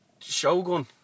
Shogun